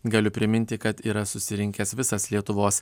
galiu priminti kad yra susirinkęs visas lietuvos